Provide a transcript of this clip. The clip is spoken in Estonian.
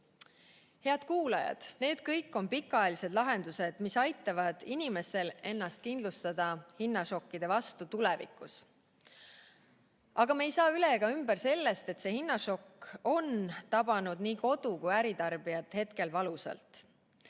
Head kuulajad! Need kõik on pikaajalised lahendused, mis aitavad inimestel ennast kindlustada hinnašokkide vastu tulevikus. Aga me ei saa üle ega ümber sellest, et see hinnašokk on tabanud nii kodu- kui ka äritarbijat hetkel valusalt.